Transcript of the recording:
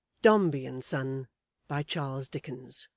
dombey and son by charles dickens